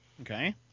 Okay